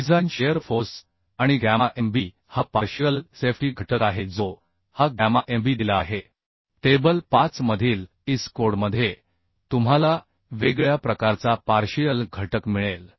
design shear force आणि gamma mb हा partial safety घटक आहे जो हा गॅमा mb दिला आहे टेबल 5 मधील IS कोडमध्ये तुम्हाला वेगळ्या प्रकारचा पार्शिअल घटक मिळेल